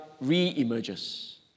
re-emerges